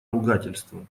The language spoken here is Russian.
ругательство